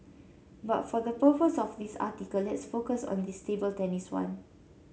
but for the purpose of this article let's focus on this table tennis one